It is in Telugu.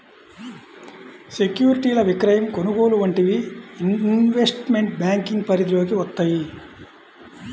సెక్యూరిటీల విక్రయం, కొనుగోలు వంటివి ఇన్వెస్ట్మెంట్ బ్యేంకింగ్ పరిధిలోకి వత్తయ్యి